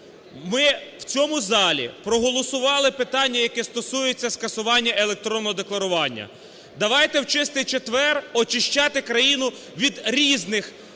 ми в цьому залі проголосували питання, яке стосується скасування електронного декларування. Давайте в Чистий четвер очищати країну від різних